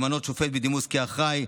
כמו למנות שופט בדימוס כאחראי,